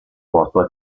posto